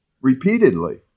repeatedly